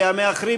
והמאחרים,